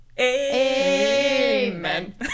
amen